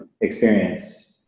experience